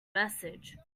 message